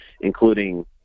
including